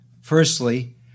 Firstly